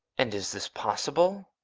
and is this possible?